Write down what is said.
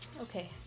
Okay